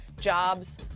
jobs